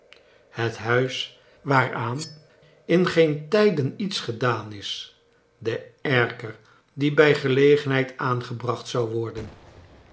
het huis waaraan in geen tijden iets gedaan is de erker die bij gelegenheidaangebracht zou worden